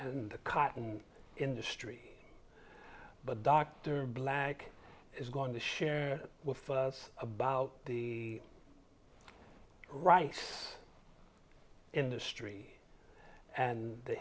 the cotton industry but dr black is going to share with us about the rice industry and the